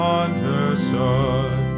understood